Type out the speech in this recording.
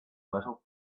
little